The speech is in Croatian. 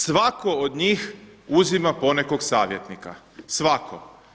Svatko od njih uzima ponekog savjetnika, svatko.